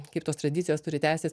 kaip tos tradicijos turi tęstis